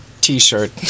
t-shirt